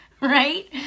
Right